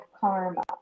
karma